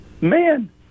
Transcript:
man